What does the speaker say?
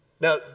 Now